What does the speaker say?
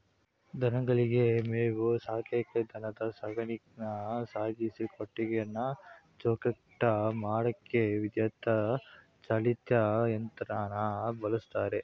ದನಗಳಿಗೆ ಮೇವು ಹಾಕಕೆ ದನದ ಸಗಣಿನ ಸಾಗಿಸಿ ಕೊಟ್ಟಿಗೆನ ಚೊಕ್ಕಟ ಮಾಡಕೆ ವಿದ್ಯುತ್ ಚಾಲಿತ ಯಂತ್ರನ ಬಳುಸ್ತರೆ